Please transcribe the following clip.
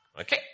Okay